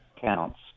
counts